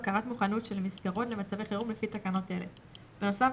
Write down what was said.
בקרת מוכנות של מסגרות למצבי חירום לפי תקנות אלה; בנוסף,